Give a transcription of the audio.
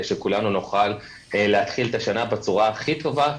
שכולנו נוכל להתחיל את השנה בצורה הכי טובה,